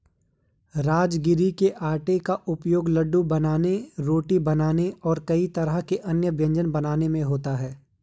राजगिरा के आटे का उपयोग लड्डू बनाने रोटी बनाने और कई तरह के अन्य व्यंजन बनाने में होता है